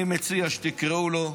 אני מציע שתקראו לו,